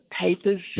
papers